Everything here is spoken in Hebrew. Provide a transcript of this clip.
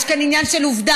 יש כאן עניין של עובדה,